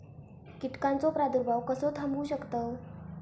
कीटकांचो प्रादुर्भाव कसो थांबवू शकतव?